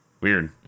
Weird